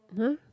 [huh]